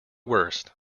worst